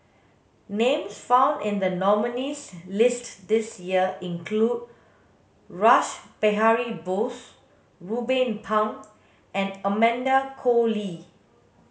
names found in the nominees' list this year include Rash Behari Bose Ruben Pang and Amanda Koe Lee